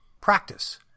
Practice